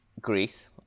Greece